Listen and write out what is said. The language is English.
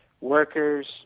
workers